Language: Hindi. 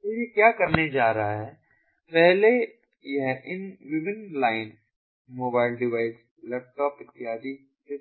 तो यह क्या करने जा रहा है पहले यह इन विभिन्न लाइन मोबाइल डिवाइस लैपटॉप इत्यादि से